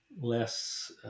less